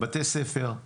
בתי ספר.